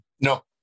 No